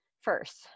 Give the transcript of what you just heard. first